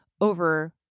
over